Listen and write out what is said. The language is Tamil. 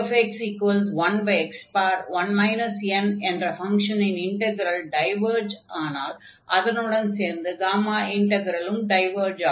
gx1x1 n என்ற ஃபங்ஷனின் இன்டக்ரல் டைவர்ஜ் ஆனால் அதனுடன் சேர்ந்து காமா இன்டக்ரலும் டைவர்ஜ் ஆகும்